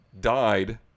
died